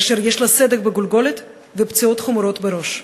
סדק בגולגולות ופציעות חמורות בראש.